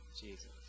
Jesus